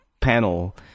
panel